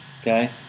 Okay